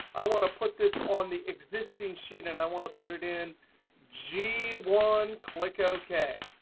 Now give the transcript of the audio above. i want to put this on the existing sheet, and i want to put it in g one, click ok.